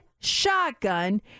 shotgun